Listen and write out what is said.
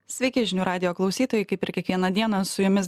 sveiki žinių radijo klausytojai kaip ir kiekvieną dieną su jumis